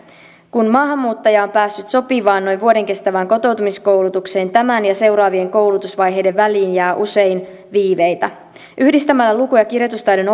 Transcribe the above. kun maahanmuuttaja on päässyt sopivaan noin vuoden kestävään kotoutumiskoulutukseen tämän ja seuraavien koulutusvaiheiden väliin jää usein viiveitä yhdistämällä luku ja kirjoitustaidon